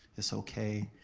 it's okay.